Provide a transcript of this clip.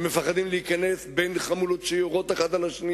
הם מפחדים להיכנס בין חמולות שיורות זו על זו.